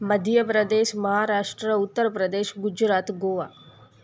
Madhya Pradesh Maharashtra Uttar Pradesh Gujarat Goa